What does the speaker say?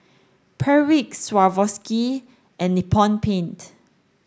Perdix Swarovski and Nippon Paint